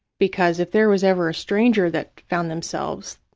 because if there was ever a stranger that found themselves,